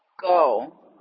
go